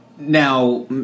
Now